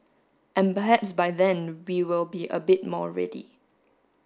and perhaps by then we will be a bit more ready